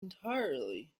entirely